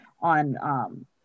on